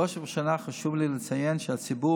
בראש ובראשונה חשוב לי לציין שהציבור